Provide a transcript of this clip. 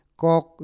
kok